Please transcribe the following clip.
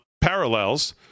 Parallels